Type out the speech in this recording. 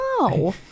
No